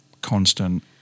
constant